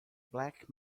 black